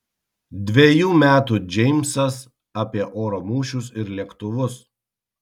dvejų metų džeimsas apie oro mūšius ir lėktuvus